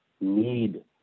need